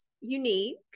unique